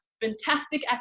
fantastic